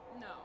no